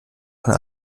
von